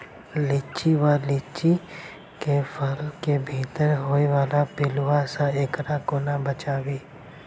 लिच्ची वा लीची केँ फल केँ भीतर होइ वला पिलुआ सऽ एकरा कोना बचाबी?